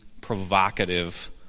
provocative